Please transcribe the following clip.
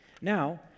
Now